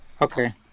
okay